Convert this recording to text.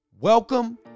Welcome